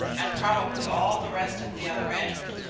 and probably all the rest at the other end.